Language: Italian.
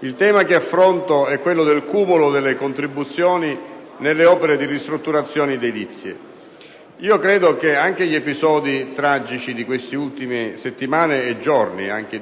Il tema che affronto è quello del cumulo delle contribuzioni nelle opere di ristrutturazione edilizia. Io credo che anche gli episodi tragici di queste ultime settimane e giorni (penso,